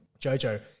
Jojo